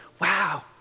wow